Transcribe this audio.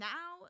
Now